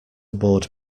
board